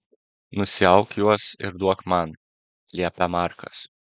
nusiauk juos ir duok man liepia markas